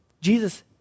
Jesus